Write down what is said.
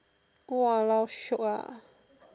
!walao! shiok ah